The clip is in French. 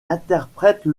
interprète